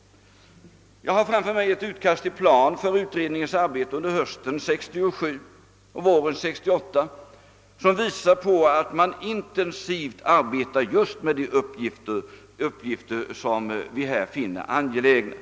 Jag har i min hand ett utkast till plan för utredningens arbete under hösten 1967 och våren 1968, som visar att den intensivt arbetar just med de uppgifter, som vi i denna debatt finner angelägna.